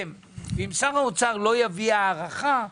שר האוצר צריך להביא לפה הארכה,